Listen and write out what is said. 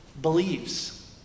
believes